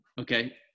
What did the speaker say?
Okay